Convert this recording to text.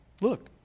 look